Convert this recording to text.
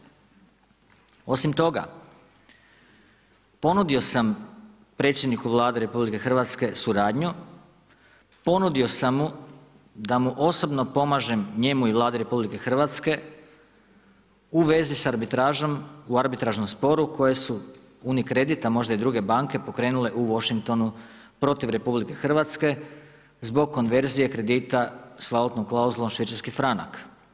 Osim toga, ponudio sam predsjedniku Vlade RH suradnju, ponudio sam mu da mu osobno pomažem njemu i Vladi RH u vezi sa arbitražom, u arbitražnom sporu koje su Uni credit a možda i druge banke pokrenule u Washingtonu protiv RH zbog konverzije kredita s valutnom klauzulom švicarski franak.